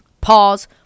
Pause